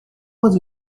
was